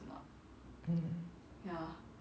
mm